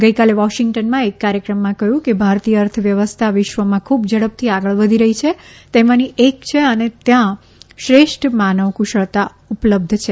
ગઇકાલે વોશિંગ્ટનમાં એક કાર્યક્રમમાં કહ્યું કે ભારતીય અર્થવ્યવસ્થા વિશ્વમાં ખૂબ ઝડપથી આગળ વધી રહી છે તેમાંની એક છે અને ત્યાં શ્રેષ્ઠ માનવ કુશળતા ઉપલબ્ધ છે